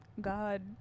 God